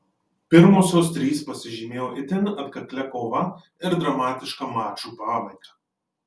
pirmosios trys pasižymėjo itin atkaklia kova ir dramatiška mačų pabaiga